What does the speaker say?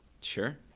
Sure